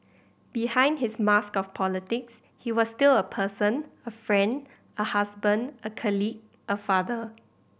behind his mask of politics he was still a person a friend a husband a colleague a father